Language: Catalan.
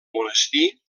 monestir